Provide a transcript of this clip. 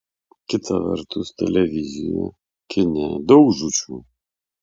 kita vertus televizijoje kine daug žūčių